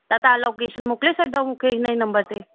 त तव्हां लोकेशन मोकिले सघंदव मूंखे हिन ई नम्बर ते